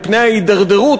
מפני ההידרדרות,